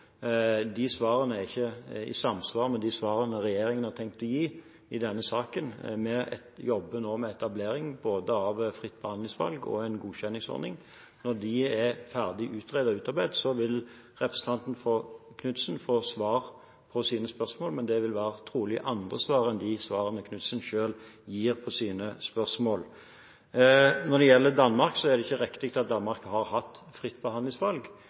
De svarene er ikke i samsvar med de svarene regjeringen har tenkt å gi i denne saken. Vi jobber nå med etableringen av både fritt behandlingsvalg og en godkjenningsordning. Når det er ferdig utredet og utarbeidet, vil representanten Knutsen få svar på sine spørsmål, men det vil trolig være andre svar enn de svarene Knutsen selv gir. Når det gjelder Danmark, er det ikke riktig at Danmark har hatt fritt behandlingsvalg,